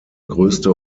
größte